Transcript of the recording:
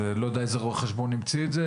לא יודע איזה רואה חשבון המציא את זה,